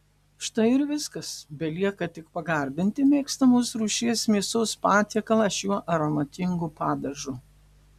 štai ir viskas belieka tik pagardinti mėgstamos rūšies mėsos patiekalą šiuo aromatingu padažu